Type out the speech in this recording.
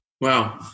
wow